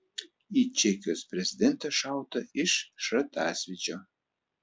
į čekijos prezidentą šauta iš šratasvydžio